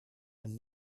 and